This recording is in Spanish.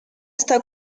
está